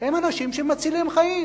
הם אנשים שמצילים חיים,